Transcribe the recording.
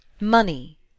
Money